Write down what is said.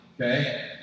okay